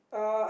uh